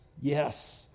yes